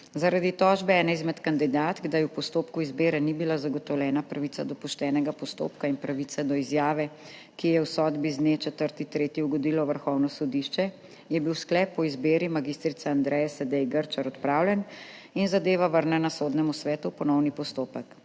Zaradi tožbe ene izmed kandidatk, da ji v postopku izbire ni bila zagotovljena pravica do poštenega postopka in pravica do izjave, ki ji je v sodbi z dne 4. 3. ugodilo Vrhovno sodišče, je bil sklep o izbiri mag. Andreje Sedej Grčar odpravljen in zadeva vrnjena Sodnemu svetu v ponovni postopek.